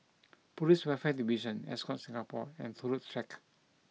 Police Welfare Division Ascott Singapore and Turut Track